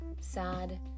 sad